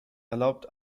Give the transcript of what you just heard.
erlaubt